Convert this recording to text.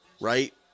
Right